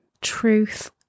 truth